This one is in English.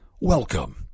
Welcome